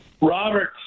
Robert